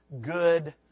good